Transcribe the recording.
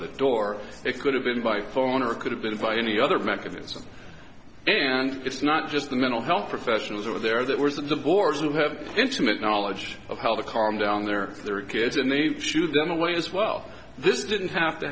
the door it could have been by phone or it could have been by any other mechanism and it's not just the mental health professionals over there that were the bores who have intimate knowledge of how the car down there and their kids and they've shoo them away as well this didn't have to